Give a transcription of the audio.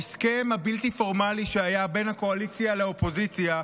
ההסכם הבלתי-פורמלי שהיה בין הקואליציה לאופוזיציה,